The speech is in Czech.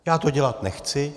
Já to dělat nechci.